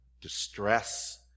distress